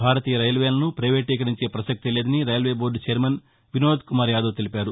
భారతీయ రైల్వేలను పైవేటీకరించే పసక్తే లేదని railway board chairman Vinod Kumar Yadav తెలిపారు